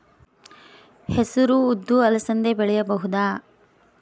ಹೆಸರು ಉದ್ದು ಅಲಸಂದೆ ಬೆಳೆಯಬಹುದಾ?